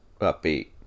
upbeat